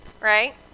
Right